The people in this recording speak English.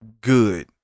good